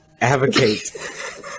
advocate